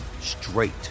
straight